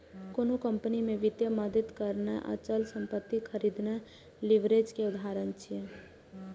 कोनो कंपनी कें वित्तीय मदति करनाय, अचल संपत्ति खरीदनाय लीवरेज के उदाहरण छियै